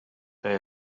they